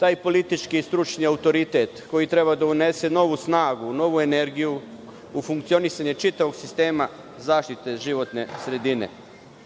taj politički i stručni autoritet koji treba da unese novu snagu, novu energiju u funkcionisanje čitavog sistema zaštite životne sredine. Dočekali